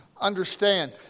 Understand